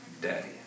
daddy